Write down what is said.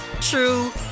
true